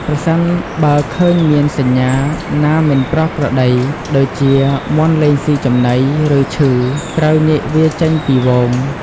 ប្រសិនបើឃើញមានសញ្ញាណាមិនប្រក្រតី ដូចជាមាន់លែងស៊ីចំណី ឬឈឺ ត្រូវញែកវាចេញពីហ្វូង។